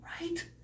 Right